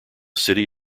city